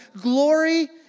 glory